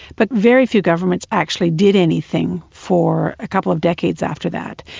but very few governments actually did anything for a couple of decades after that.